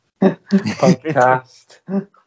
podcast